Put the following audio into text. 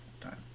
time